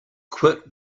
quit